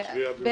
-2018, נתקבלה.